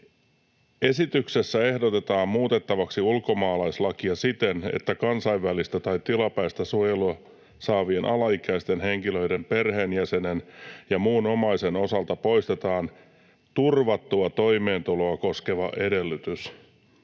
”Esityksessä ehdotetaan muutettavaksi ulkomaalaislakia siten, että kansainvälistä tai tilapäistä suojelua saavien alaikäisten henkilöiden perheenjäsenen ja muun omaisen osalta poistetaan turvattua toimeentuloa koskeva edellytys